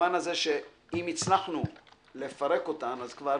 במובן הזה שאם הצלחנו לפרק אותן אז כבר